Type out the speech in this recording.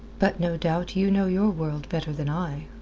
but no doubt you know your world better than i.